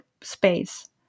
space